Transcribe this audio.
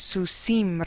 Susim